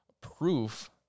proof